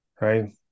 Right